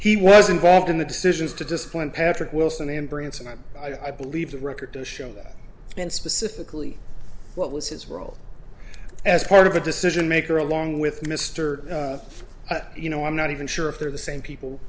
he was involved in the decisions to discipline patrick wilson in branson i'm i believe the record to show that and specifically what was his role as part of the decision maker along with mister you know i'm not even sure if they're the same people